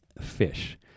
fish